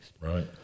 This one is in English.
Right